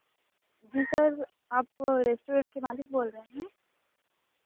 जी sir आप restaurant के मालिक बोल रहे हैं